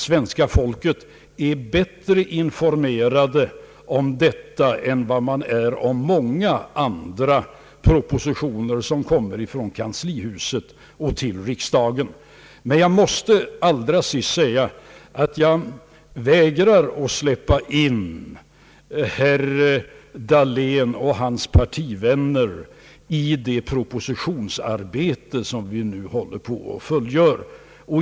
Svenska folket är bättre informerat om detta förslag än om många andra propositioner som kommer från kanslihuset till riksdagen. Jag måste allra sist säga att jag vägrar att släppa in herr Dahlén och hans partivänner i det propositionsarbete vi nu håller på att fullgöra.